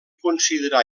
considera